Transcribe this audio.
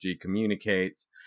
communicates